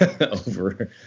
over